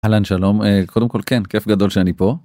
אהלן שלום, קודם כל כן, כיף גדול שאני פה.